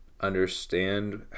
understand